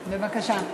בבקשה.